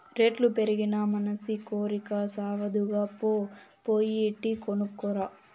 రేట్లు పెరిగినా మనసి కోరికి సావదుగా, పో పోయి టీ కొనుక్కు రా